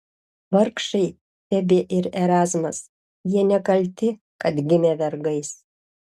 vargšai febė ir erazmas jie nekalti kad gimė vergais